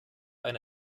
eine